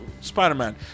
Spider-Man